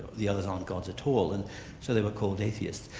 the others aren't god at all. and so they were call atheists.